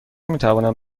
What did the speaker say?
میتوانم